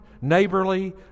neighborly